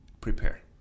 prepare